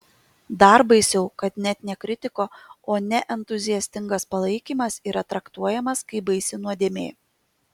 dar baisiau kad net ne kritika o neentuziastingas palaikymas yra traktuojamas kaip baisi nuodėmė